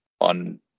on